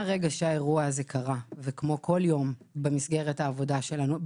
מהרגע שהאירוע הזה קרה וכמו כל יום במסגרת העבודה שלנו,